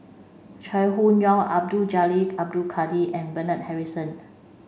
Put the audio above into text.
Chai Hon Yoong Abdul Jalil Abdul Kadir and Bernard Harrison